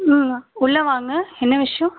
ம் உள்ளே வாங்க என்ன விஷயோம்